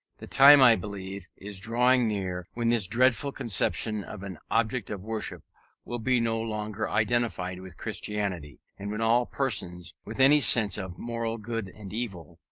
the time, i believe, is drawing near when this dreadful conception of an object of worship will be no longer identified with christianity and when all persons, with any sense of moral good and evil,